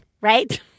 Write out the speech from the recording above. Right